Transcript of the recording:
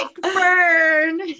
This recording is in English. burn